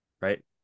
Right